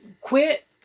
quit